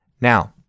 Now